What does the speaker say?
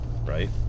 right